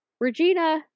regina